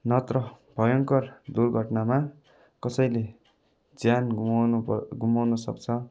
नत्र भयङ्कर दुर्घटनामा कसैले ज्यान गुमाउन प गुमाउनु सक्छ